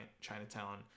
Chinatown